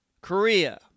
Korea